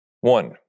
One